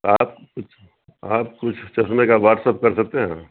آپ کچھ آپ کچھ چسمے کا واٹسپ کر سکتے ہیں